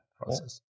process